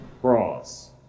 cross